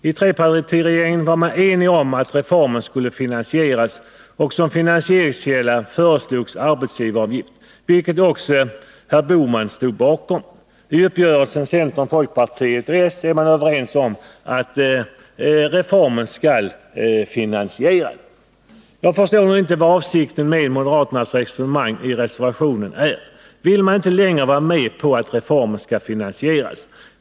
I trepartiregeringen var man enig om att reformen skulle finansieras, och som finansieringskälla föreslogs arbetsgivaravgift, vilket förslag också herr Bohman stod bakom. I uppgörelsen mellan centern, folkpartiet och socialdemokraterna är man också överens om att reformen skall finansieras. Jag förstår inte vad avsikten med moderaternas resonemang i reservationen är. Vill man inte längre vara med på att reformen skall finansieras?